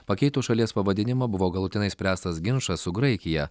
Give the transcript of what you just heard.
pakeitus šalies pavadinimą buvo galutinai išspręstas ginčas su graikija